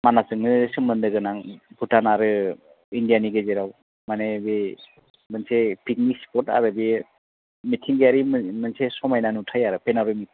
मानासजोंनो सोमोन्दो गोनां भुटान आरो इण्डियानि गेजेराव माने बे मोनसे पिकनिक स्पट आरो बे मिथिंगायारि मोन मोनसे समायना नुथाइ आरो पेनारोबि